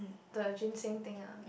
the ginseng thing ah